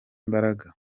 imbaraga